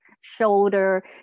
shoulder